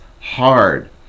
hard